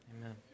Amen